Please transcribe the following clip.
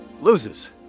loses